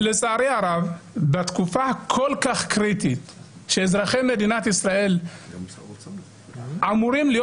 לצערי הרב בתקופה כל כך קריטית שאזרחי מדינת ישראל אמורים להיות